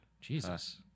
Jesus